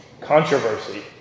controversy